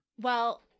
Well-